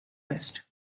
west